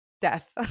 death